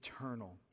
eternal